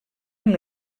amb